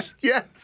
Yes